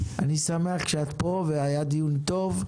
אני שמח שאת פה, והיה דיון טוב.